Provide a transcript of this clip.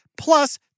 plus